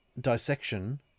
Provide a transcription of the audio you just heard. dissection